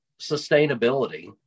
sustainability